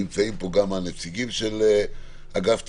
נמצאים פה גם הנציגים של אגף תקציבים.